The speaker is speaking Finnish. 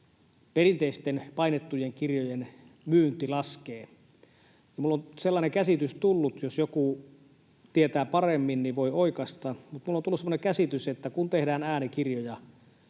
perinteisten painettujen kirjojen myynti laskee. Minulle on sellainen käsitys tullut — jos joku tietää paremmin, niin voi oikaista — että kun tehdään äänikirjoja,